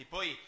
Poi